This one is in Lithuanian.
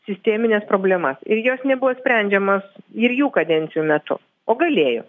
sistemines problemas ir jos nebuvo sprendžiamos ir jų kadencijų metu o galėjo